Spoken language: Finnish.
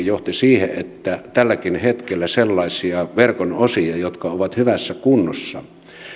johti siihen että tälläkin hetkellä sellaisia verkon osia jotka ovat hyvässä kunnossa